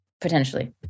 Potentially